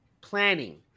planning